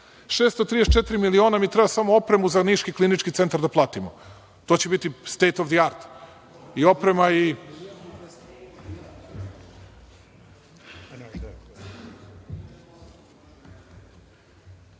634 miliona mi treba samo opremu za niški klinički centar da platimo. To će biti state of the art, i oprema